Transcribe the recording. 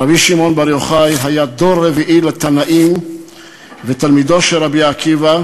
רבי שמעון בר יוחאי היה דור רביעי לתנאים ותלמידו של רבי עקיבא,